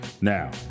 Now